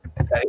Okay